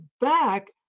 back